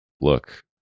look